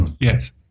Yes